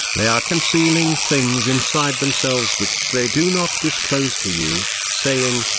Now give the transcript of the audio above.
they are concealing things inside themselves which they do not disclose to you, saying,